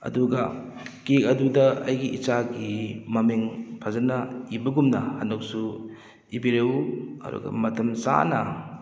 cake ꯑꯗꯨꯗ ꯑꯩꯒꯤ ꯏꯆꯥꯒꯤ ꯃꯃꯤꯡ ꯐꯖꯅ ꯏꯕꯒꯨꯝꯅ ꯍꯟꯗꯛꯁꯨ ꯏꯕꯤꯔꯛꯎ ꯑꯗꯨꯒ ꯃꯇꯝ ꯆꯥꯅ